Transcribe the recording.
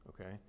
Okay